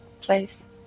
place